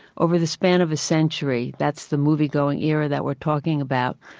over the span of a century, that's the movie going era that we're talking about,